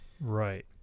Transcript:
right